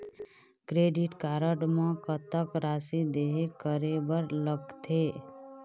Credit card म कतक राशि देहे करे बर लगथे?